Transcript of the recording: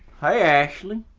hey ashley.